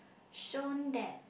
shown that